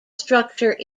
structure